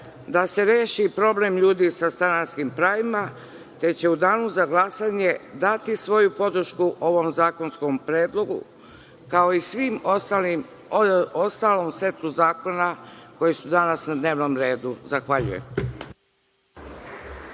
da se reši problem ljudima sa stanarskim pravima, te će u danu za glasanje dati svoju podršku ovom zakonskom predlogu, kao i ostalom setu zakona koji su danas na dnevnom redu. Zahvaljujem.